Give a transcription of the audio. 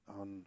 on